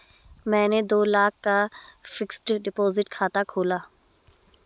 मैंने दो लाख का फ़िक्स्ड डिपॉज़िट खाता खोला